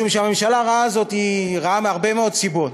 משום שהממשלה הרעה הזאת היא רעה מהרבה מאוד סיבות,